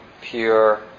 pure